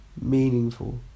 meaningful